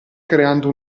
creando